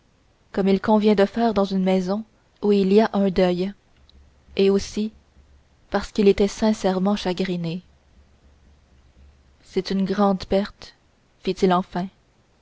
comme il convient de faire dans une maison où il y a un deuil et aussi parce qu'il était sincèrement chagriné c'est une grande perte fit-il enfin